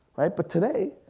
but today,